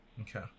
Okay